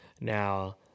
Now